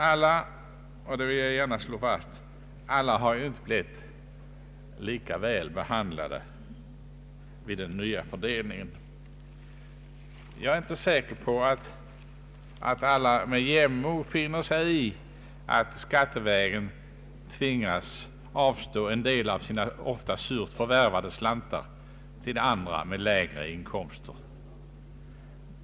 Jag vill gärna slå fast att alla inte har blivit lika väl lottade vid den nya skattefördelningen. Jag är inte heller säker på att alla med jämnmod finner sig i att skattevägen tvingas avstå en del av sina ofta surt förvärvade slantar till andra med lägre inkomster.